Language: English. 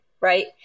right